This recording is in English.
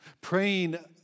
Praying